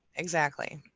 exactly,